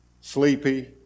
sleepy